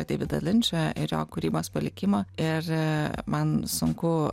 deividą linčą ir jo kūrybos palikimą ir man sunku